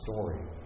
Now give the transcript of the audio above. story